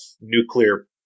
nuclear